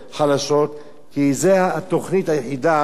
כי זו התוכנית היחידה שהם חושבים שאולי